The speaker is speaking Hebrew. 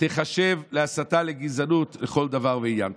תיחשב להסתה לגזענות לכל דבר ועניין.